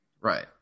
Right